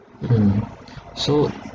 mm so